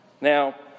Now